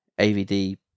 AVD